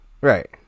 right